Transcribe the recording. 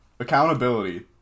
accountability